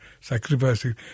sacrificing